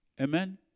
Amen